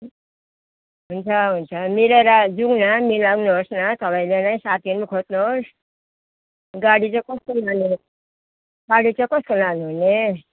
हुन्छ हुन्छ मिलेर जाऊँ न मिलाउनु होस् न तपाईँले नै साथी पनि खोज्नु होस् गाडी चाहिँ कस्तो लाने गाडी चाहिँ कस्तो लानु हुने